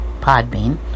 Podbean